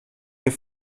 wir